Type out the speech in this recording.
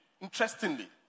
interestingly